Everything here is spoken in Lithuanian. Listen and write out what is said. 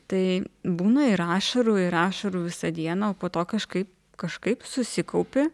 tai būna ir ašarų ir ašarų visą dieną o po to kažkaip kažkaip susikaupi